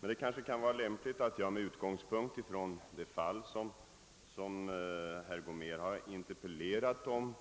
Det kan kanske vara lämpligt att jag, med utgångspunkt från det fall herr Gomér interpellerat om,